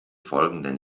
folgenden